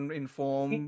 inform